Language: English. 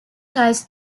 ties